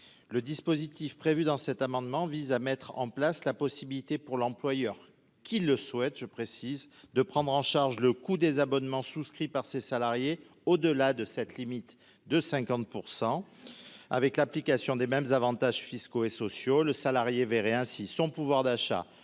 le dispositif prévu dans cet amendement vise à mettre en place la possibilité pour l'employeur qui le souhaitent, je précise, de prendre en charge le coût des abonnements souscrits par ses salariés, au-delà de cette limite de 50 %% avec l'application des mêmes avantages fiscaux et sociaux, le salarié verrait ainsi son pouvoir d'achat